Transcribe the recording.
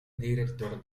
director